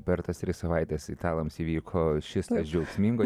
per tas tris savaites italams įvyko šis tas džiaugsmingo